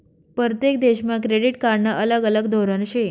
परतेक देशमा क्रेडिट कार्डनं अलग अलग धोरन शे